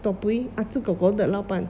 ah zi kor kor 的老板